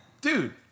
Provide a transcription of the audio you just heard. dude